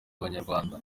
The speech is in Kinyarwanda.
abanyarwanda